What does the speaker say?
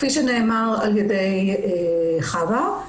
כפי שנאמר על-ידי חוה,